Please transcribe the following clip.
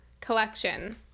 collection